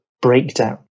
breakdown